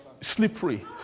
Slippery